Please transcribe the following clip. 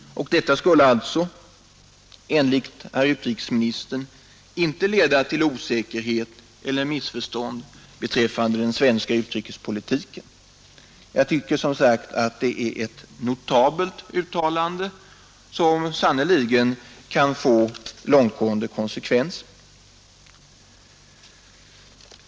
Om så sker skulle det alltså enligt herr utrikesministern inte leda till osäkerhet eller missförstånd beträffande den svenska utrikespolitiken. Jag tycker som sagt att det är ett notabelt uttalande, som sannerligen kan få långtgående konsekvenser.